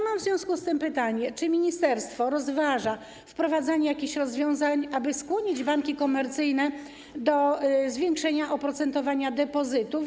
Mam w związku z tym pytanie: Czy ministerstwo rozważa wprowadzanie rozwiązań, aby skłonić banki komercyjne do zwiększenia oprocentowania depozytów?